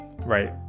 right